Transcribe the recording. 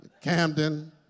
Camden